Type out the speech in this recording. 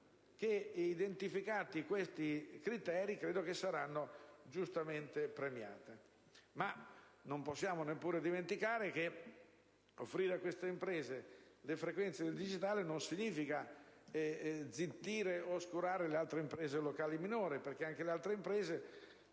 Identificati questi criteri, credo saranno premiate. Ma non possiamo neanche dimenticare che offrire a queste imprese le frequenze del digitale non significa zittire o oscurare le altre imprese locali minori, che avranno altre